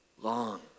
long